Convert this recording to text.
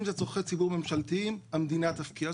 אם זה צורכי ציבור ממשלתיים, המדינה תפקיע.